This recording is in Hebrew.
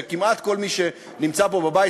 וכמעט כל מי שנמצא פה בבית,